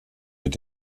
mit